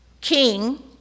king